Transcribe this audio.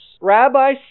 Rabbi